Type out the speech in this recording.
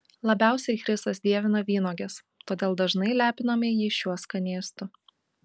labiausiai chrisas dievina vynuoges todėl dažnai lepiname jį šiuo skanėstu